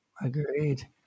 Agreed